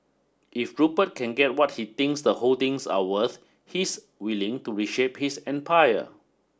if Rupert can get what he thinks the holdings are worth he's willing to reshape his empire